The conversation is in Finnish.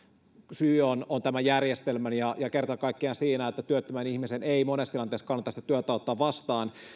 syy on on tämän järjestelmän ja kerta kaikkiaan siinä että työttömän ihmisen ei monessa tilanteessa kannata sitä työtä ottaa vastaan